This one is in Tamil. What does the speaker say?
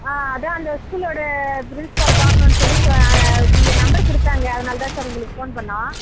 ஆ அதான் அந்த ஸ்கூலோட பிரின்ஸ்பாலை பார்க்கணுன்னு சொல்லி இந்த நம்பர் கொடுத்தாங்க அதனால தான் சார் உங்களுக்கு ஃபோன் பண்ணோம்